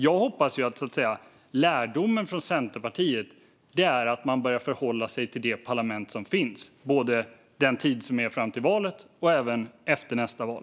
Jag hoppas att Centerpartiets lärdom av detta är att man börjar förhålla sig till det parlament som finns, både under den tid som återstår fram till valet och efter nästa val.